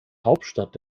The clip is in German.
hauptstadt